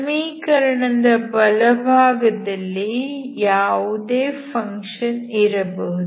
ಸಮೀಕರಣದ ಬಲಭಾಗದಲ್ಲಿ ಯಾವುದೇ ಫಂಕ್ಷನ್ ಇರಬಹುದು